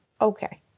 Okay